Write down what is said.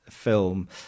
film